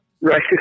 Right